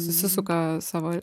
susisuka savo